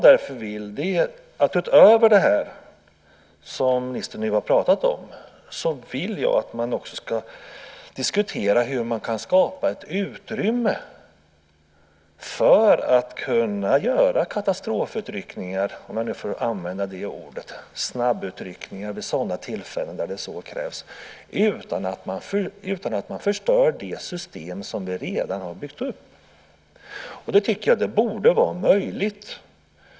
Därför vill jag, utöver det som ministern nu har pratat om, att man ska diskutera hur man kan skapa ett utrymme för att göra katastrofutryckningar - om jag nu får använda det ordet - eller snabbutryckningar vid sådana tillfällen när det så krävs utan att man förstör det system som vi redan har byggt upp. Jag tycker att det borde vara möjligt.